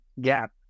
gap